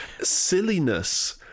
silliness